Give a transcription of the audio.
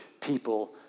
people